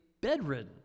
bedridden